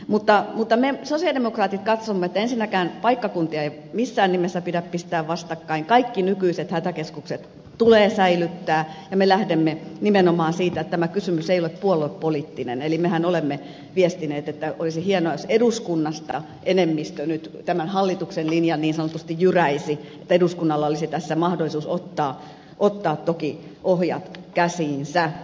mutta me sosialidemokraatit katsomme että ensinnäkään paikkakuntia ei missään nimessä pidä pistää vastakkain kaikki nykyiset hätäkeskukset tulee säilyttää ja me lähdemme nimenomaan siitä että tämä kysymys ei ole puoluepoliittinen eli mehän olemme viestineet että olisi hienoa jos eduskunnasta enemmistö nyt tämän hallituksen linjan niin sanotusti jyräisi että eduskunnalla olisi tässä mahdollisuus ottaa toki ohjat käsiinsä